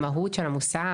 המהות של המוסע,